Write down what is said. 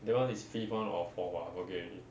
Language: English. that [one] is fifth [one] or fourth ah I forget already